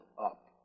up